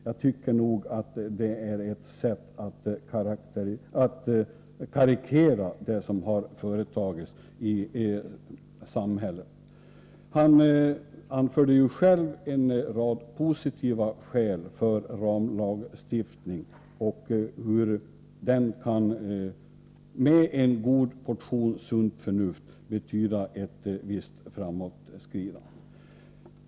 Jag tycker nog att det är att karikera det som har gjorts i samhället. Han anförde själv en rad skäl för ramlagstiftning och ansåg att den tillämpad med en god portion sunt förnuft kan betyda ett visst framåtskridande.